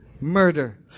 murder